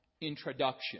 introduction